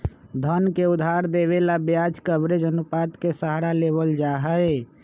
धन के उधार देवे ला ब्याज कवरेज अनुपात के सहारा लेवल जाहई